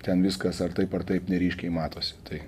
ten viskas ar taip ar taip neryškiai matosi tai